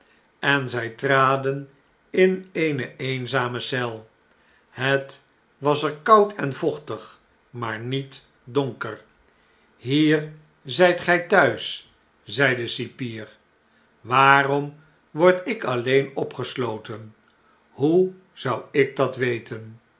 en zij traden in eene eenzame eel het was er koud en vochtig maar niet donker hier zijt gij thuis zei de cipier waarom word ik alleen opgesloten hoe zou ik dat weten